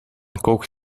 kookt